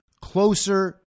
closer